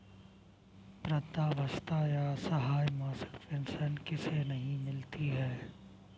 वृद्धावस्था या असहाय मासिक पेंशन किसे नहीं मिलती है?